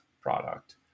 product